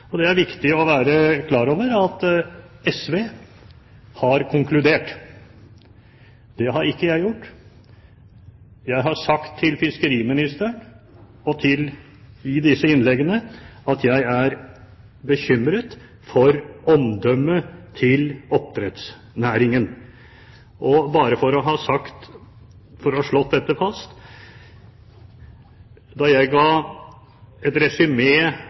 det. Det er viktig å være klar over at SV har konkludert. Det har ikke jeg gjort. Jeg har sagt til fiskeriministeren i disse innleggene at jeg er bekymret for omdømmet til oppdrettsnæringen. Bare for å ha slått dette fast: Da jeg ga et